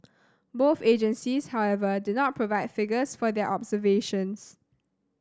both agencies however did not provide figures for their observations